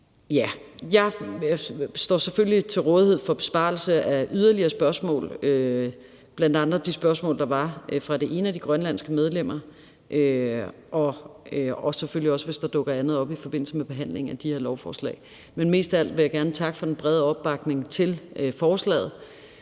Jeg står selvfølgelig til rådighed til besvarelse af yderligere spørgsmål, heriblandt de spørgsmål, der var fra det ene af de grønlandske medlemmer, og selvfølgelig også, hvis der dukker andet op i forbindelse med behandlingen af det her lovforslag. Men mest af alt vil jeg gerne takke for den brede opbakning til forslaget